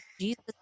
Jesus